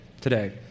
today